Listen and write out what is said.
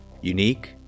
unique